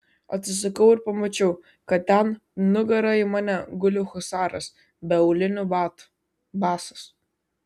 atsisukau ir pamačiau kad ten nugara į mane guli husaras be aulinių batų basas